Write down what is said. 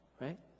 right